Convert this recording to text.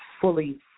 fully